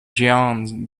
gian